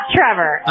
Trevor